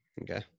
Okay